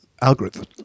algorithm